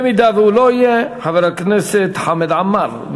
אם הוא לא יהיה, חבר הכנסת חמד עמאר.